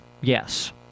Yes